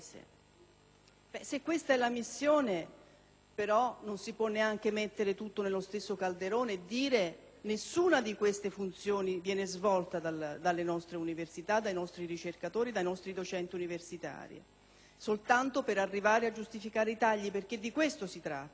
Se questa è la missione, però, non si può neanche mettere tutto nello stesso calderone e dire che nessuna di queste funzioni viene svolta dalle nostre università, dai nostri ricercatori, dai nostri docenti universitari soltanto per arrivare a giustificare i tagli. Di questo infatti